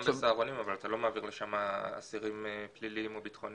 גם ל"סהרונים" אבל אתה לא מעביר לשם אסירים פליליים או ביטחוניים.